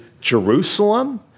Jerusalem